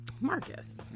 Marcus